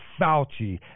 Fauci